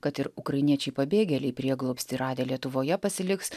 kad ir ukrainiečiai pabėgėliai prieglobstį radę lietuvoje pasiliks